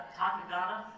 takagana